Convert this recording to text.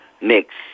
mix